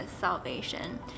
salvation